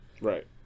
Right